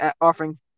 offering